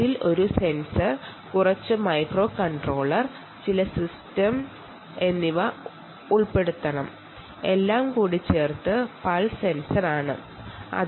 ഇതിൽ ഒരു സെൻസർ കുറച്ച് മൈക്രോകൺട്രോളർ ചില സിസ്റ്റങ്ങൾ എന്നിവ ഉൾപ്പെടുന്നു എല്ലാം കൂടി ചേർത്ത് ഇത് ഒരു പൾസ് സെൻസറായി പ്രവർത്തിക്കുന്നു